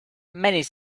many